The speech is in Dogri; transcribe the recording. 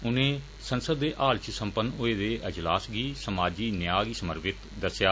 उनें संसद दे हाल च संपन्न होए दे अजलास गी समाजी न्याऽ गी समर्पित दस्सेआ